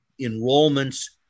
enrollments